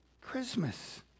Christmas